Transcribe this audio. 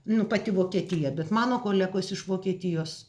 nu pati vokietija bet mano kolegos iš vokietijos